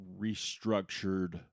restructured